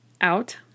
out